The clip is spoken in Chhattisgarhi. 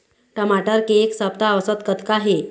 टमाटर के एक सप्ता औसत कतका हे?